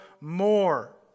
more